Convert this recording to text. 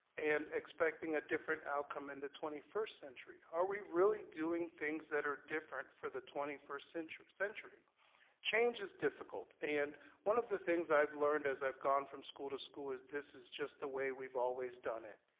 and expecting a different outcome in the twenty first century. are we really doing things that are different for the twenty first century? change is difficult, and one of the things i've learned as i've i've gone from school to school is this is just the way we've always done it,